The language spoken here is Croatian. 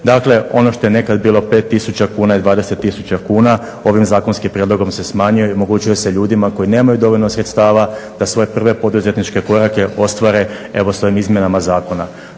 Dakle, ono što je nekad bilo 5000 kuna i 20000 kuna ovim zakonskim prijedlogom se smanjuje i omogućuje se ljudima koji nemaju dovoljno sredstava da svoje prve poduzetničke korake ostvare evo sa ovim izmjenama zakona.